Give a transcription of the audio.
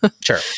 Sure